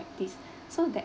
practice so there's